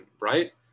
right